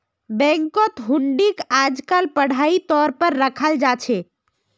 बैंकत हुंडीक आजकल पढ़ाई तौर पर रखाल जा छे